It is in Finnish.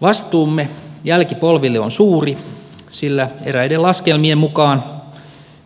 vastuumme jälkipolville on suuri sillä eräiden laskelmien mukaan